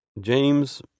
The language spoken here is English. James